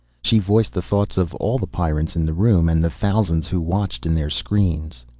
she voiced the thoughts of all the pyrrans in the room, and the thousands who watched in their screens.